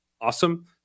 awesome